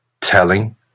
telling